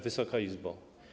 Wysoka Izbo!